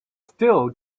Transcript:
still